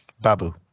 Babu